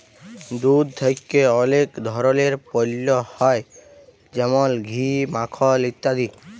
দুধ থেক্যে অলেক ধরলের পল্য হ্যয় যেমল ঘি, মাখল ইত্যাদি